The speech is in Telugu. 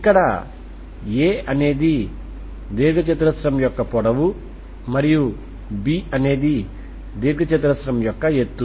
ఇక్కడ a అనేది దీర్ఘచతురస్రం యొక్క పొడవు మరియు b అనేది దీర్ఘచతురస్రం యొక్క ఎత్తు